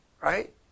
right